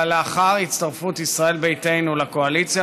אבל לאחר הצטרפות ישראל ביתנו לקואליציה